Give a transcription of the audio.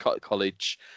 college